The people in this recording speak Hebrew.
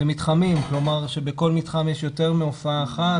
זה מתחמים שבכל מתחם יש יותר מהופעה אחת,